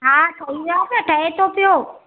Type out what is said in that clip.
हा सही आहे न ठहे थो पियो